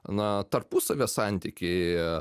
na tarpusavio santykį